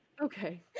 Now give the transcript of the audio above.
Okay